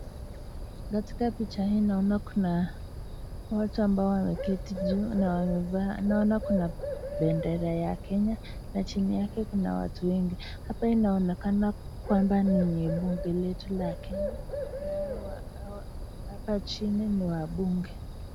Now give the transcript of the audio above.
Katika picha hii naona kuna watu ambao wameketi juu na wamevaa , naona kuna bendera ya Kenya na chini yake kuna watu wengi hapa inaonekana kwamba ni bunge letu la Kenya nao hapa chini ni wabunge.